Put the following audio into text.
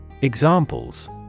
Examples –